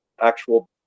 actual